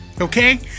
okay